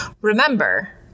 remember